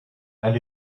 and